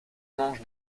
mange